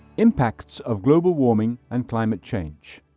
impacts of global warming and climate change